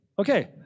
Okay